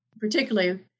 particularly